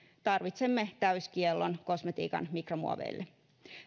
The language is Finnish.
tarvitsemme täyskiellon kosmetiikan mikromuoveille